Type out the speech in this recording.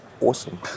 awesome